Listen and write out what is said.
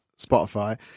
Spotify